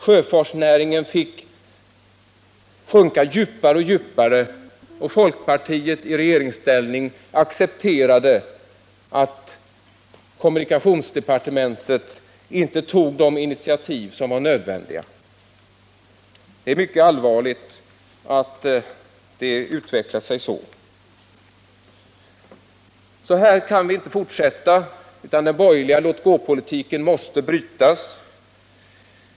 Sjöfartsnäringen fick sjunka allt djupare, och folkpartiet accepterade att kommunikationsdepartementet inte tog de initiativ som var nödvändiga. Detta är mycket allvarligt. Så här kan vi inte fortsätta. Den borgerliga låt-gå-politiken måste brytas.